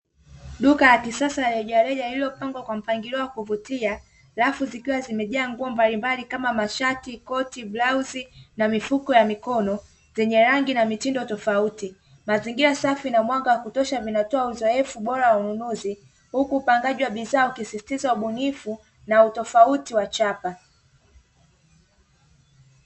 Duka la kisasa la rejereja lililopangwa Kwa mfumo wa alfu zikiwa zimejaanguo mbalimbali kama mashati, koti, blauzi na mifuko ya mikono zenye rangi na mitindo tofauti. Mazingira Safi na zinatoa mwanga wakutosha zoefu bora waununuzi huku upandaji wa bidhaa ukisisitiza ubunifu na utofauti wa chapa.